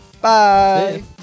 bye